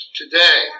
today